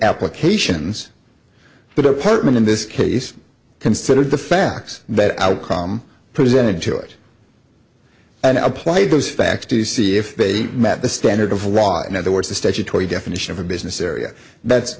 applications that apartment in this case considered the facts that outcome presented to it and i played those facts to see if they met the standard of law in other words the statutory definition of a business area that's